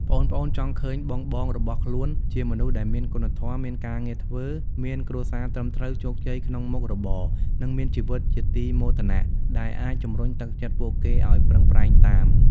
ប្អូនៗចង់ឃើញបងៗរបស់ខ្លួនជាមនុស្សដែលមានគុណធម៌ មានការងារធ្វើ មានគ្រួសារត្រឹមត្រូវ ជោគជ័យក្នុងមុខរបរ និងមានជីវិតជាទីមោទនៈ ដែលអាចជំរុញទឹកចិត្តពួកគេឱ្យប្រឹងប្រែងតាម។